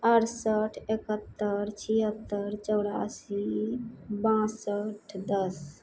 अड़सठ इकहत्तर छिहत्तर चौड़ासी बासठ दस